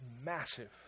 massive